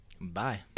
Bye